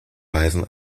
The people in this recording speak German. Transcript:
weisen